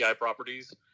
properties